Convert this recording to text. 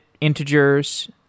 integers